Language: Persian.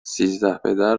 سیزدهبدر